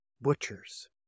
butchers